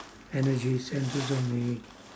energies centred on me